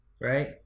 right